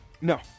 No